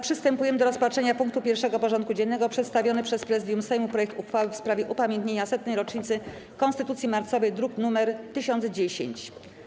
Przystępujemy do rozpatrzenia punktu 1. porządku dziennego: Przedstawiony przez Prezydium Sejmu projekt uchwały w sprawie upamiętnienia 100. rocznicy konstytucji marcowej (druk nr 1010)